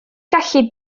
gallu